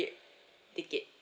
ticket